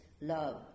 love